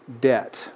debt